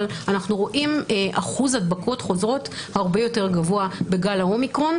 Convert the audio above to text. אבל אנחנו רואים אחוז הדבקות חוזרות הרבה יותר גבוה בגל האומיקרון,